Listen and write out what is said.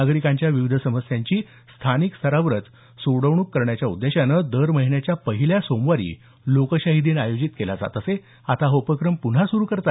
नागरिकांच्या विविध समस्यांची स्थानिक स्तरावरच सोडवणूक करण्याच्या उद्देशानं दर महिन्याच्या पहिल्या सोमवारी लोकशाही दिन आयोजित केला जात असे कोविड प्रादुर्भावामुळे हा उपक्रम बंद पडला होता